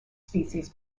species